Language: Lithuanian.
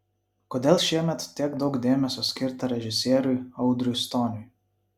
kodėl šiemet tiek daug dėmesio skirta režisieriui audriui stoniui